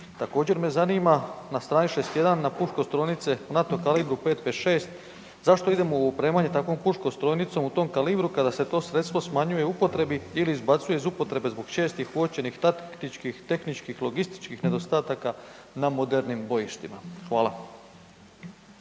Također me zanima na strani 61., na puškostrojnice NATO kalibru 556, zašto idemo u opremanje takvom puškostrojnicom u tom kalibru, kada se to sredstvo smanjuje u upotrebi ili izbacuje iz upotrebi zbog čestih uočenih taktičkih, tehničkih, logističkih nedostataka na modernim bojištima? Hvala.